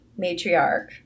matriarch